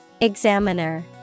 Examiner